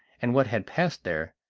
and what had passed there.